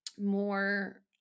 more